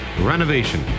renovation